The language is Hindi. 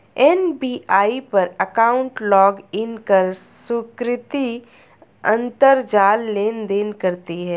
एस.बी.आई पर अकाउंट लॉगइन कर सुकृति अंतरजाल लेनदेन करती है